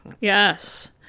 Yes